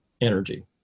energy